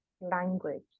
language